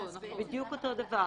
זה בדיוק אותו דבר.